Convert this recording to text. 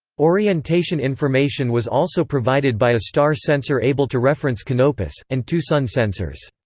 orientation information was also provided by a star sensor able to reference canopus, and two sun sensors.